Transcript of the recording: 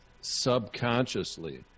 subconsciously